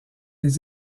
les